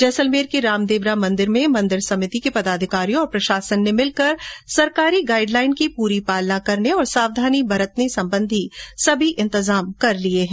जैसलमेर के रामदेवरा मंदिर में मंदिर समिति के पदाधिकारियों और प्रशासन ने मिलकर सरकारी गाईडलाइन की पूरी पालना करने और सावधानी बरतने संबंधी सभी इंतजाम कर लिये हैं